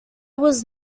was